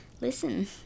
listen